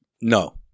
No